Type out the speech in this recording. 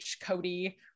Cody